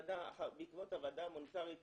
בעקבות הוועדה ההומניטרית